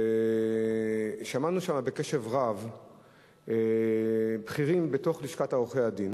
שמענו שם בקשב רב בכירים מלשכת עורכי-הדין,